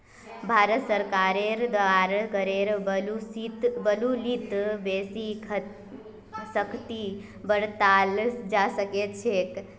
भारत सरकारेर द्वारा करेर वसूलीत बेसी सख्ती बरताल जा छेक